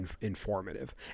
informative